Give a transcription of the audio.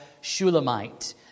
Shulamite